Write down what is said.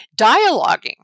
dialoguing